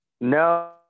No